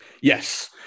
Yes